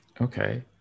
Okay